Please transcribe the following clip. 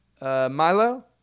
Milo